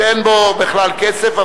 שאין בו בכלל כסף,